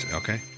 okay